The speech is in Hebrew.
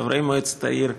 חברי מועצת העיר.